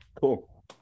Cool